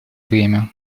время